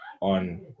on